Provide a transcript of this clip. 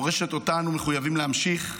מורשת שאותה אנו מחויבים להמשיך.